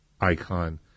icon